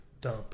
dump